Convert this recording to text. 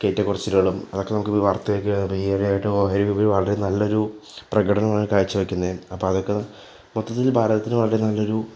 ഏറ്റക്കുറച്ചിലുകളും അതൊക്കെ നമുക്ക് വാർത്തയാക്കാം ഈയിടെയായിട്ട് ഓഹരി വിപണി വളരെ നല്ലൊരു പ്രകടനമാണ് കാഴ്ച്ചവയ്ക്കുന്നത് അപ്പോള് അതൊക്കെ മൊത്തത്തിൽ ഭാരതത്തിന് വളരെ നല്ലൊരു